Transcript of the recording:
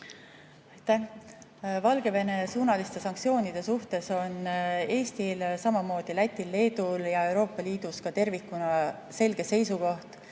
Aitäh! Valgevene-suunaliste sanktsioonide suhtes on Eestil, samamoodi Lätil, Leedul ja Euroopa Liidul tervikuna selge seisukoht,